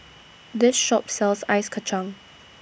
This Shop sells Ice Kacang